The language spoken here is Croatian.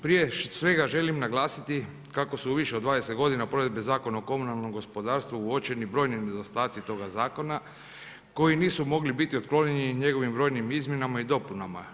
Prije svega želim naglasiti kako su više od 20 godina provedbe Zakona o komunalnom gospodarstvu uočeni brojni nedostatci toga zakona koji nisu mogli biti otklonjeni njegovim brojnim izmjenama i dopunama.